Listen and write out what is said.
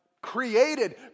created